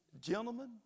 Gentlemen